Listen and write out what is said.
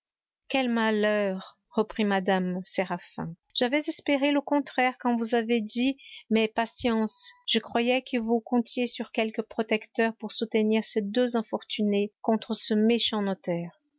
quel malheur reprit mme séraphin j'avais espéré le contraire quand vous avez dit mais patience je croyais que vous comptiez sur quelque protecteur pour soutenir ces deux infortunés contre ce méchant notaire